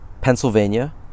Pennsylvania